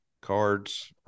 cards